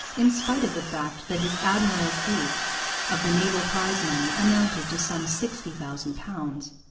in spite of the fact that his admiral's eighth of the naval prize-money amounted to some sixty thousand pounds,